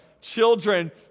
children